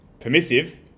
permissive